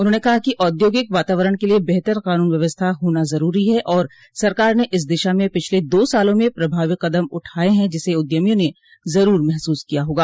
उन्होंने कहा कि औद्योगिक वातारण के लिए बेहतर कानून व्यवस्था होना जरूरी है और सरकार न इस दिशा में पिछले दो सालों में प्रभावी कदम उठाये हैं जिसे उद्यमियों ने ज़रूर महसूस किया होगा